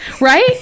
right